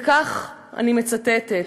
וכך אני מצטטת: